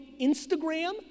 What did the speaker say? Instagram